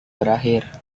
berakhir